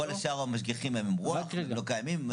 כל שאר המשגיחים הם רוח, לא קיימים?